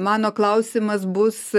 mano klausimas bus